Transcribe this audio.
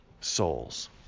souls